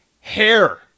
hair